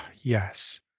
yes